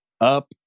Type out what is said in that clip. up